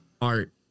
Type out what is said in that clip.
art